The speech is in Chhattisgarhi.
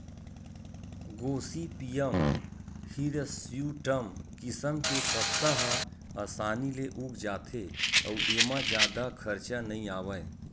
गोसिपीयम हिरस्यूटॅम किसम के कपसा ह असानी ले उग जाथे अउ एमा जादा खरचा नइ आवय